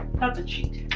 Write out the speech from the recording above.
that's a cheat.